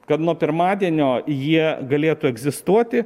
kad nuo pirmadienio jie galėtų egzistuoti